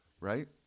right